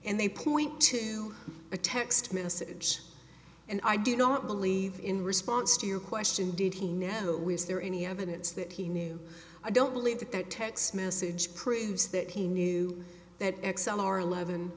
and they point to a text message and i don't believe in response to your question did he know was there any evidence that he knew i don't believe that that text message proves that he knew that x l r eleven